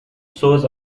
shows